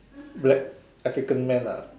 black African man lah